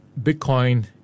Bitcoin